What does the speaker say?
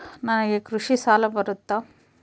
ನನಗೆ ಕೃಷಿ ಸಾಲ ಬರುತ್ತಾ?